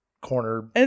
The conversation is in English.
corner